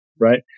right